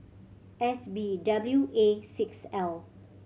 S B W A six L